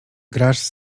grasz